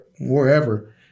wherever